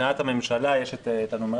מבחינת הממשלה יש את הנומרטור,